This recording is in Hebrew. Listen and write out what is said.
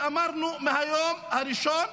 כפי שאמרנו מהיום הראשון,